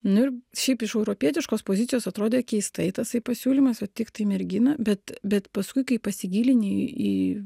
nu ir šiaip iš europietiškos pozicijos atrodė keistai tasai pasiūlymas va tiktai mergina bet bet paskui kai pasigilini į